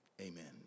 Amen